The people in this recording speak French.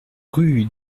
rue